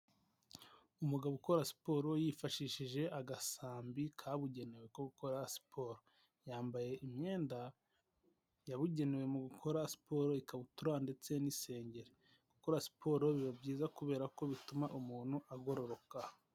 Umugabo ukora siporo yifashishije agasambi kabugenewe ko gukora siporo, yambaye imyenda yabugenewe mu gukora siporo, ikabutura ndetse n'isengeri, gukora siporo biba byiza kubera ko bituma umuntu agororoka.